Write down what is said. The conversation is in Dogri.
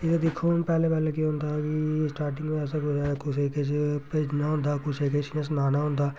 एह् दिक्खो पैह्ले पैह्ले केह् होंदा हा कि स्टाटिंग अस कुदै कुसै गी किश भेजना होंदा कुसै किश इ'यां सनाना होंदा